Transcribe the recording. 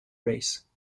race